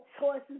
choices